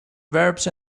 verbs